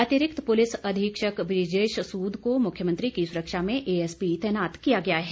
अतिरिक्त पुलिस अधीक्षक बृजेश सूद को मुख्यमंत्री की सुरक्षा में एएसपी तैनात किया गया है